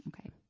Okay